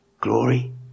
Glory